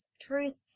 truth